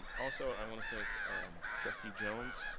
also, i wanna thank trustee jones.